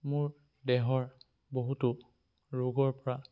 মোৰ দেহৰ বহুতো ৰোগৰ পৰা